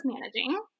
managing